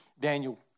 Daniel